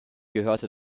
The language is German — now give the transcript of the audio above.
gehörte